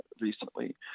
recently